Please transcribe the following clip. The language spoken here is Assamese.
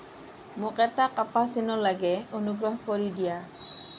মোক এটা কাপ্পাচিনো লাগে অনুগ্ৰহ কৰি দিয়া